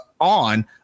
on